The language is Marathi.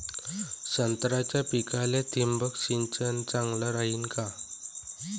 संत्र्याच्या पिकाले थिंबक सिंचन चांगलं रायीन का?